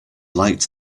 liked